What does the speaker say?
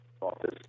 office